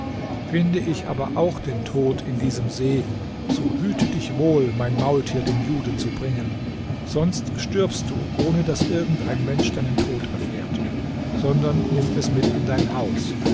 finde ich aber auch den tod in diesem see so hüte dich wohl mein maultier dem juden zu bringen sonst stirbst du ohne daß irgend ein mensch deinen tod erfährt sondern nimm es mit in dein haus